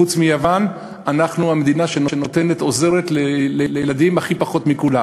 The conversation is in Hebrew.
חוץ מיוון, אנחנו המדינה שעוזרת הכי פחות לילדים.